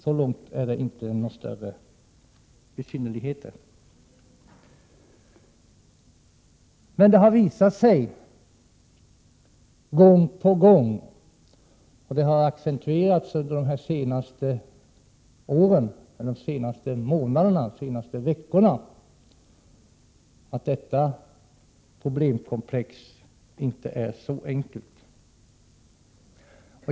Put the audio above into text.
— Så långt är det inte några större besynnerligheter. Men det har visat sig gång på gång och det har accentuerats under de här senaste åren, de senaste månaderna och de senaste veckorna, att detta problemkomplex inte är så enkelt.